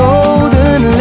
Golden